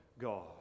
God